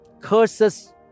Curses